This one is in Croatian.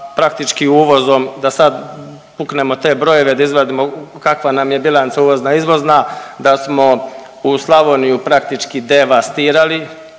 praktički uvozom, da sad puknemo te brojeve da izvadimo kakva nam je bilanca uvozna izvozna, da smo Slavoniju praktički devastirali.